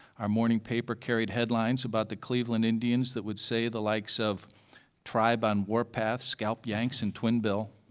our morning paper carried headlines about the cleveland indians that would say the likes of tribe on war path, scalp yanks, and twin bill,